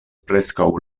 preskaŭ